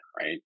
right